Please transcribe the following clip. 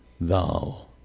thou